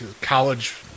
college